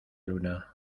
luna